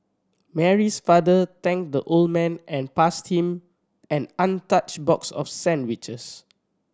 Mary's father thanked the old man and passed him an untouched box of sandwiches